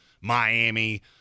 Miami